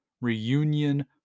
Reunion